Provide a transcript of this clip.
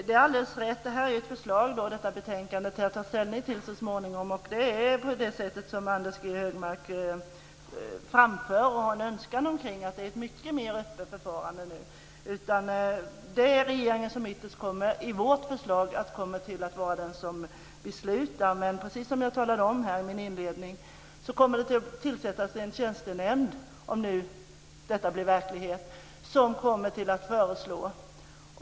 Fru talman! Det är helt riktigt att detta betänkande är ett förslag, som vi ska ta ställning till så småningom. Det är så, som Anders G Högmark framför och har en önskan om, att det är ett mycket mer öppet förfarande nu. Det är regeringen som ytterst kommer att vara den som beslutar, enligt vårt förslag. Men som jag sade i min inledning kommer det att tillsättas en tjänstenämnd - om nu detta blir verklighet - som kommer att föreslå.